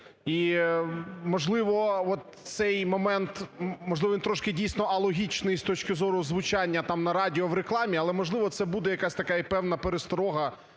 можливо, він трошки дійсно алогічний з точки зору звучання там на радіо в рекламі, але, можливо, це буде якась така і певна пересторога